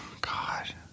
God